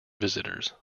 visitors